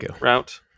route